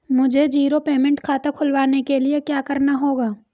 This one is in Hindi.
मुझे जीरो पेमेंट खाता खुलवाने के लिए क्या करना होगा?